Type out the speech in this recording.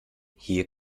hier